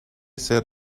set